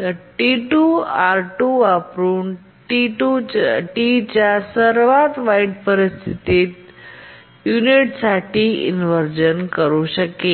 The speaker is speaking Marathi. तर T२ R २ वापरुन T च्या सर्वात वाईट परिस्थितीत युनिटसाठी इन्व्हरझन शकेल